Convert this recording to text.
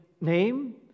name